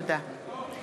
תודה.